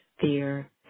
fear